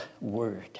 word